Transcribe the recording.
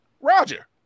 Roger